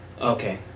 Okay